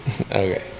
Okay